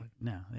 No